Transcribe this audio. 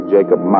Jacob